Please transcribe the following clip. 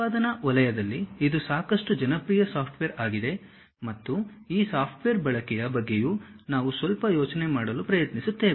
ಉತ್ಪಾದನಾ ವಲಯದಲ್ಲಿ ಇದು ಸಾಕಷ್ಟು ಜನಪ್ರಿಯ ಸಾಫ್ಟ್ವೇರ್ ಆಗಿದೆ ಮತ್ತು ಈ ಸಾಫ್ಟ್ವೇರ್ ಬಳಕೆಯ ಬಗ್ಗೆಯೂ ನಾವು ಸ್ವಲ್ಪ ಯೋಚನೆ ಮಾಡಲು ಪ್ರಯತ್ನಿಸುತ್ತೇವೆ